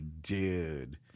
dude